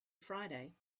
friday